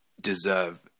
deserve